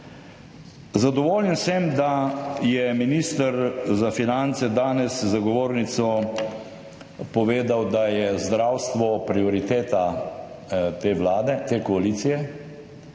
Zadovoljen sem, da je minister za finance danes za govornico povedal, da je zdravstvo prioriteta te vlade,